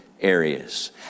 areas